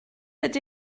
ydy